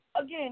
again